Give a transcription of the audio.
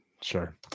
Sure